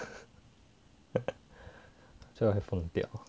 觉得我会疯掉